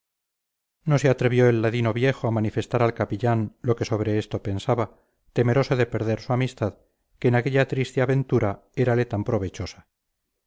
no se atrevió el ladino viejo a manifestar al capellán lo que sobre esto pensaba temeroso de perder su amistad que en aquella triste aventura érale tan provechosa